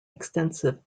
extensive